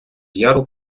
яру